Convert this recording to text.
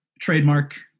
trademark